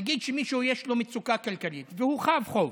נגיד שיש למישהו מצוקה כלכלית והוא חב חוב,